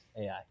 AI